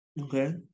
Okay